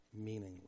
meaningless